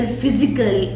physical